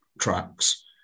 tracks